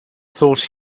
thought